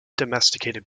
domesticated